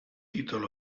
títol